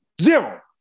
Zero